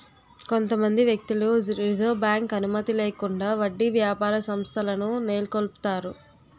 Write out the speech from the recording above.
కొంతమంది వ్యక్తులు reserve bank అనుమతి లేకుండా వడ్డీ వ్యాపార సంస్థలను నెలకొల్పుతారు